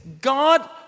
God